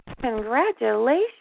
Congratulations